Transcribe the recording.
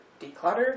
declutter